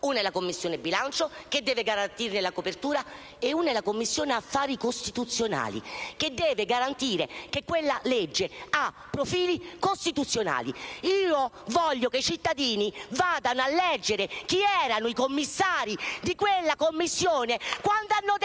una è la Commissione bilancio, che deve garantire la copertura, e l'altra è la Commissione affari costituzionali, che deve garantire che il provvedimento presenti profili costituzionali. Io voglio che i cittadini vadano a leggere chi erano i commissari della Commissione che ha dato